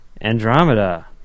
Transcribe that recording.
Andromeda